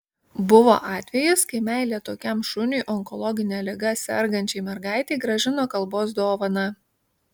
buvo atvejis kai meilė tokiam šuniui onkologine liga sergančiai mergaitei grąžino kalbos dovaną